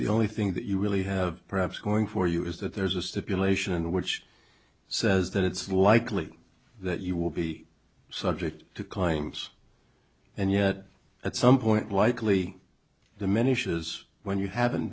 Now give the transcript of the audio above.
the only thing that you really have perhaps going for you is that there's a stipulation which says that it's likely that you will be subject to claims and yet at some point likely diminishes when you haven't